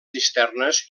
cisternes